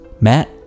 Matt